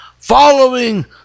following